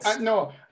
No